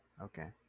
okay